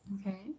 okay